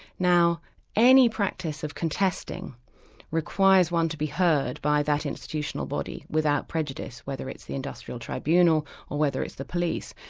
now any practice of contesting requires one to be heard by that institutional body, without prejudice, whether it's an industrial tribunal or whether it's the police.